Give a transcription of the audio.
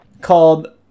Called